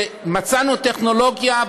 מצאנו טכנולוגיה,